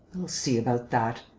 we'll see about that.